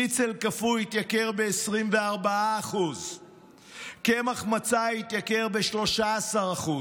שניצל קפוא התייקר ב-24%; קמח מצה התייקר ב-13%.